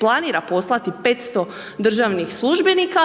planira poslati 500 državnih službenika,